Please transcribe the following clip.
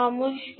নমস্কার